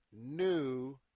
new